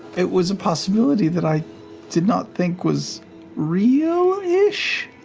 it was a possibility that i did not think was real-ish.